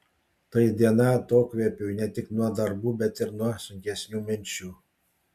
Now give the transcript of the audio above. tai diena atokvėpiui ne tik nuo darbų bet ir nuo sunkesnių minčių